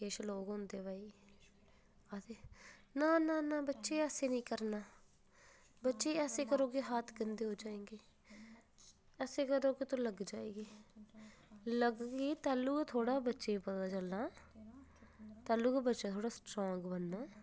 किश लोग होंदे भाई आखदे ना ना ना बच्चे ऐसे नेईं करना बच्चे ऐसे करोगे हाथ गंदे हो जाएंगे ऐसे करोगे तो लग जाएगी लग गेई तैलूं गै थोह्ड़ा बच्चे ई पता चलना तैलूं गै बच्चा थोह्ड़ा स्ट्रांग बनना